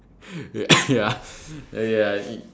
ya ya okay lah he